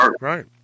Right